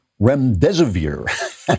Remdesivir